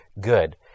good